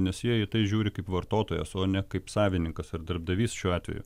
nes jie į tai žiūri kaip vartotojas o ne kaip savininkas ar darbdavys šiuo atveju